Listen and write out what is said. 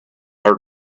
heard